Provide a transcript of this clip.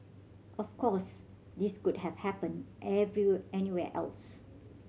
of course this could have happened anywhere else